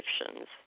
Egyptians